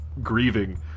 grieving